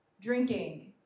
drinking